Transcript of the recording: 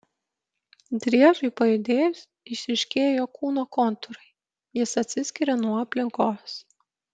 driežui pajudėjus išryškėja jo kūno kontūrai jis atsiskiria nuo aplinkos